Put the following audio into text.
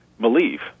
believe